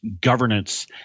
governance